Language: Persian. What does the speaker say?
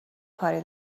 کاری